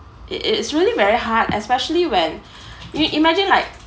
it it's really very hard especially when you imagine like